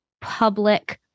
public